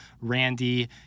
Randy